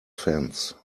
fence